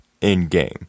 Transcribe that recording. In-game